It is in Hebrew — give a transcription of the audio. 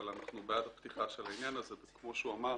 אבל אנחנו בעד הפתיחה של העניין הזה וכמו שהוא אמר,